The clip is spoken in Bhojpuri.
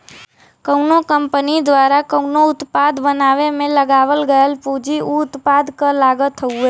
कउनो कंपनी द्वारा कउनो उत्पाद बनावे में लगावल गयल पूंजी उ उत्पाद क लागत हउवे